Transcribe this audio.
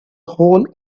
hole